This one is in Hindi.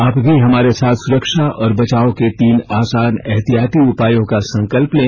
आप भी हमारे साथ सुरक्षा और बचाव के तीन आसान एहतियाती उपायों का संकल्प लें